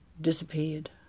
disappeared